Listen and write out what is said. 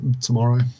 tomorrow